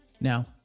Now